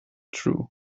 true